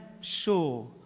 sure